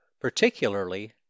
particularly